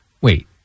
Wait